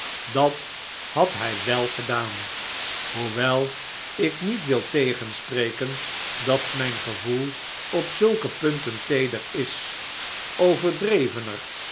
dat had hij wel gedaan hoewel ik niet wil tegenspreken dat mijn gevoel op zulke punten teerder is overdrevener